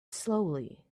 slowly